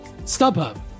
StubHub